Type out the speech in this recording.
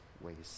waste